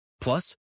Plus